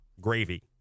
Gravy